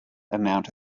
amount